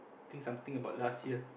think something about last year